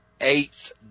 eighth